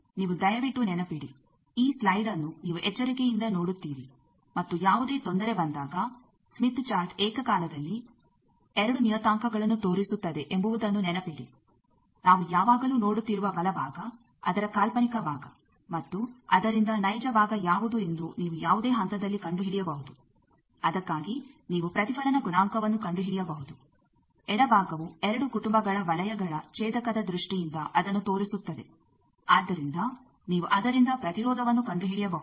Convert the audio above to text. ನೀವು ದಯವಿಟ್ಟು ನೆನಪಿಡಿ ಈ ಸ್ಲೈಡ್ಅನ್ನು ನೀವು ಎಚ್ಚರಿಕೆಯಿಂದ ನೋಡುತ್ತೀರಿ ಮತ್ತು ಯಾವುದೇ ತೊಂದರೆ ಬಂದಾಗ ಸ್ಮಿತ್ ಚಾರ್ಟ್ ಏಕಕಾಲದಲ್ಲಿ ಎರಡು ನಿಯತಾಂಕಗಳನ್ನು ತೋರಿಸುತ್ತದೆ ಎಂಬುವುದನ್ನು ನೆನಪಿಡಿ ನಾವು ಯಾವಾಗಲೂ ನೋಡುತ್ತಿರುವ ಬಲಭಾಗ ಅದರ ಕಾಲ್ಪನಿಕ ಭಾಗ ಮತ್ತು ಅದರಿಂದ ನೈಜ ಭಾಗ ಯಾವುದು ಎಂದು ನೀವು ಯಾವುದೇ ಹಂತದಲ್ಲಿ ಕಂಡುಹಿಡಿಯಬಹುದು ಅದಕ್ಕಾಗಿ ನೀವು ಪ್ರತಿಫಲನ ಗುಣಾಂಕವನ್ನು ಕಂಡುಹಿಡಿಯಬಹುದು ಎಡಭಾಗವು ಎರಡು ಕುಟುಂಬಗಳ ವಲಯಗಳ ಛೇದಕದ ದೃಷ್ಟಿಯಿಂದ ಅದನ್ನು ತೋರಿಸುತ್ತದೆ ಆದ್ದರಿಂದ ನೀವು ಅದರಿಂದ ಪ್ರತಿರೋಧವನ್ನು ಕಂಡುಹಿಡಿಯಬಹುದು